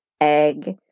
egg